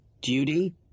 Duty